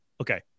Okay